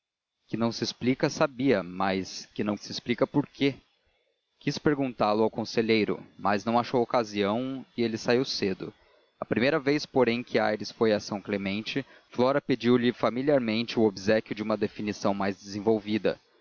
que se não explica sabia mas que se não explica por quê quis perguntá lo ao conselheiro mas não achou ocasião e ele saiu cedo a primeira vez porém que aires foi a são clemente flora pediu-lhe familiarmente o obséquio de uma definição mais desenvolvida